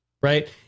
right